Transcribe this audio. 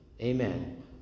Amen